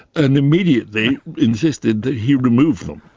and immediately insisted that he remove them.